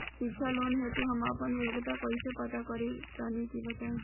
शिक्षा लोन हेतु हम आपन योग्यता कइसे पता करि तनि बताई?